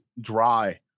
dry